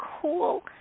cool